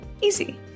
easy